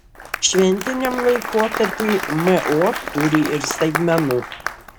šventiniam laikotarpiui mo turi ir staigmenų